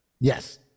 Yes